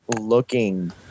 looking